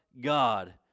God